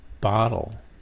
Bottle